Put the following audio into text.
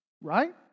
right